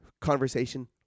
conversation